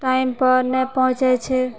time पर नहि पहुँचै छै